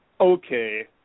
okay